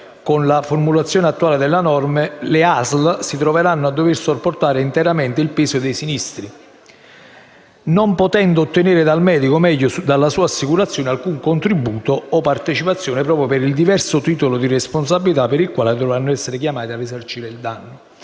con la formulazione attuale della norma le ASL si troveranno a dover sopportare interamente il peso dei sinistri, non potendo ottenere dal medico - o meglio, dalla sua assicurazione - alcun contributo o partecipazione proprio per il diverso titolo di responsabilità per il quale dovranno essere chiamate a risarcire il danno.